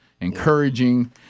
encouraging